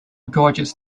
gorgeous